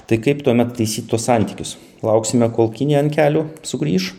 tai kaip tuomet taisyt tuos santykius lauksime kol kinija ant kelių sugrįš